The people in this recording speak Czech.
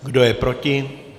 Kdo je proti?